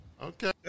Okay